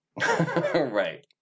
Right